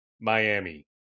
Miami